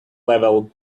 level